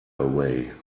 away